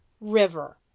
river